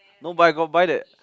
no but I got buy that